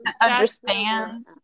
understand